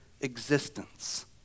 existence